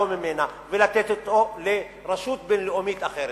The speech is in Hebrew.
ממנה ולתת אותו לרשות בין-לאומית אחרת.